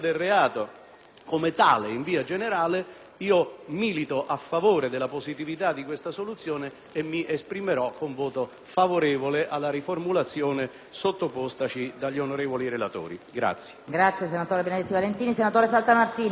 milito a favore della positività di questa soluzione e mi esprimerò con voto favorevole alla formulazione sottopostaci dagli onorevoli relatori.